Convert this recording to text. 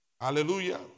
Hallelujah